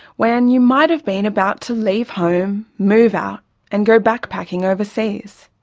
when you might have been about to leave home, move out and go backpacking overseas.